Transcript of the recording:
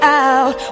out